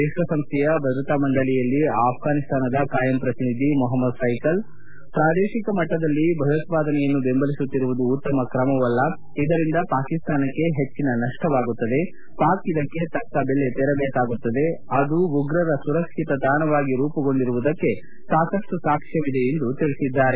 ವಿಶ್ವಸಂಸ್ಥೆಯ ಭದ್ರತಾ ಮಂಡಳಿಯಲ್ಲಿ ಆಘ್ನಿಸ್ತಾನದ ಕಾಯಂ ಪ್ರತಿನಿಧಿ ಮೊಹಮದ್ ಸೈಕಲ್ ಪ್ರಾದೇಶಿಕ ಮಟ್ಟದಲ್ಲಿ ಭಯೋತ್ವಾದನೆಯನ್ನು ಬೆಂಬಲಿಸುತ್ತಿರುವುದು ಉತ್ತಮ ಕ್ರಮವಲ್ಲ ಇದರಿಂದ ಪಾಕಿಸ್ತಾನಕ್ಕೆ ಹೆಚ್ಚನ ನಪ್ಸವಾಗುತ್ತದೆ ಪಾಕ್ ಇದಕ್ಕೆ ತಕ್ಕ ಬೆಲೆ ತೆರಬೇಕಾಗುತ್ತದೆ ಅದು ಉಗ್ರರ ಸುರಕ್ಷಿತ ತಾಣವಾಗಿ ರೂಪುಗೊಂಡಿರುವುದಕ್ಕೆ ಸಾಕಷ್ಟು ಸಾಕ್ಷ್ಯವಿದೆ ಎಂದು ಹೇಳಿದ್ದಾರೆ